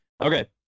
Okay